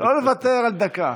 לא לוותר על דקה,